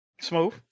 Smooth